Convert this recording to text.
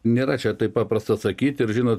nėra čia taip paprasta atsakyti ir žinot